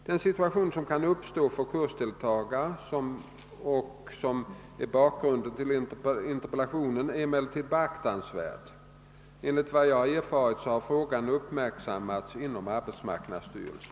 Den situation som kan uppstå för kursdeltagare och som är bakgrunden till interpellationen är emellertid beaktansvärd. Enligt vad jag har erfarit har frågan uppmärksammats inom arbetsmarknadsstyrelsen.